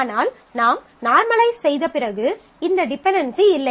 ஆனால் நாம் நார்மலைஸ் செய்த பிறகு இந்த டிபென்டென்சி இல்லை